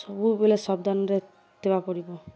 ସବୁବେଲେ ସାବଧାନ୍ରେ ରହିବା ପଡ଼ିବ